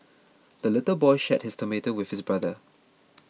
the little boy shared his tomato with his brother